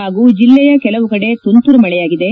ಹಾಗೂ ಜಲ್ಲೆಯ ಕೆಲವು ಕಡೆ ತುಂತುರು ಮಳೆಯಾಗಿದೆ